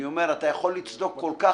אני אומר: אתה יכול לצדוק כל כך.